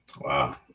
Wow